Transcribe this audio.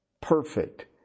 perfect